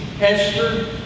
Esther